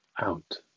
out